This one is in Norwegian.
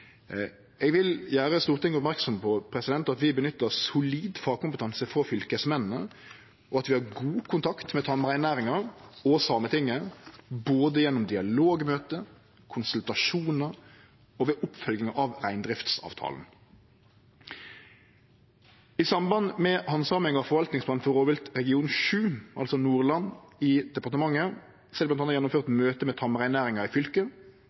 Eg vil gjere Stortinget merksam på at vi nyttar solid fagkompetanse frå fylkesmennene, og at vi har god kontakt med tamreinnæringa og Sametinget, både gjennom dialogmøte, gjennom konsultasjonar og ved oppfølging av reindriftsavtalen. I samband med handsaminga av forvaltningsplanen for rovviltregion 7, altså Nordland, i departementet, er det bl.a. gjennomført møte med tamreinnæringa i fylket,